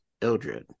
Ildred